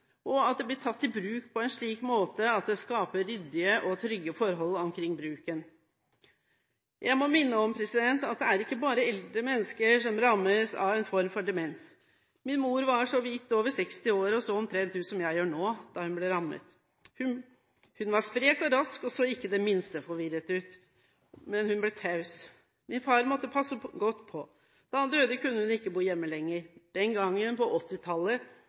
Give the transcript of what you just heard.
og at det blir tatt i bruk på en slik måte at det skaper ryddige og trygge forhold omkring bruken. Jeg må minne om at det ikke bare er eldre mennesker som rammes av en form for demens. Min mor var så vidt over 60 år og så omtrent ut som jeg gjør nå, da hun ble rammet. Hun var sprek og rask og så ikke det minste forvirret ut, men hun ble taus. Min far måtte passe godt på. Da han døde, kunne hun ikke bo hjemme lenger. Den gangen, på